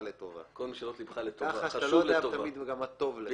אבל כמובן כמי שגם מגיע מהזירה המוניציפאלית,